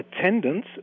attendance